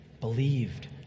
believed